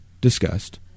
discussed